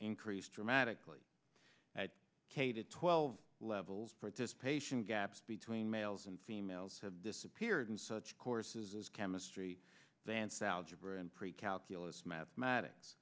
increased dramatically k to twelve levels participation gaps between males and females have disappeared in such courses as chemistry vance algebra and pre calculus mathematics